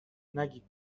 نگید